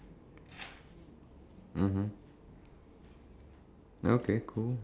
decided or actually got a job that I would call a career